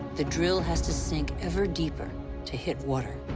the drill has to sink every deeper to hit water.